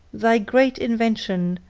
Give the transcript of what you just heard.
thy great invention,